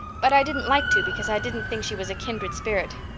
but i didn't like to because i didn't think she was a kindred spirit.